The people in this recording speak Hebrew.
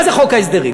מה זה חוק ההסדרים?